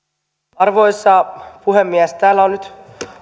arvoisa puhemies täällä on nyt